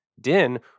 Din